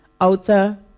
outer